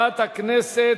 21 נגד,